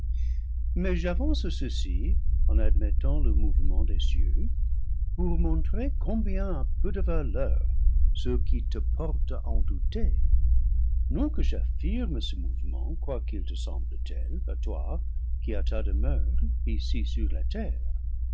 mais j'avance ceci en admettant le mouvement des cieux pour montrer combien a peu de valeur ce qui te porte à en douter non que j'affirme ce mouvement quoiqu'il te semble tel à toi qui as ta demeure ici sur la terre